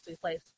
place